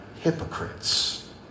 hypocrites